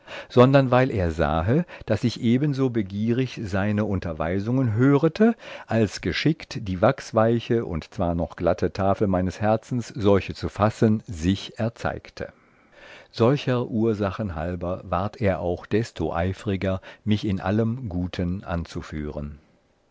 sondern weil er sahe daß ich ebenso begierig seine unterweisungen hörete als geschickt die wachswaiche und zwar noch glatte tafel meines herzens solche zu fassen sich erzeigte solcher ursachen halber ward er auch desto eifriger mich in allem guten anzuführen